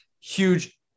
huge